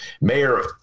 mayor